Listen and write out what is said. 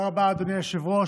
תודה רבה, אדוני היושב-ראש.